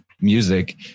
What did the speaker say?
music